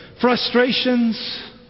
frustrations